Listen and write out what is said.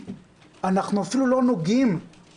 זה מופיע בכל מודעות הבחירות בעיתונים.